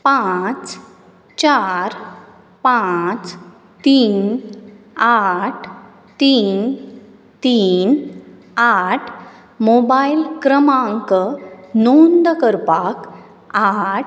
पांच चार पांच तीन आठ तीन तीन आठ मोबायल क्रमांक नोंद करपाक आठ